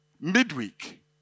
midweek